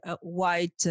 white